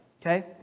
okay